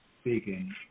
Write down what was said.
speaking